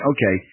Okay